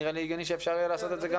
נראה לי הגיוני שאפשר יהיה לעשות את זה.